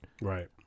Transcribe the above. right